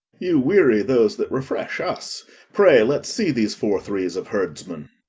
you weary those that refresh us pray, let's see these four threes of herdsmen.